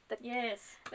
Yes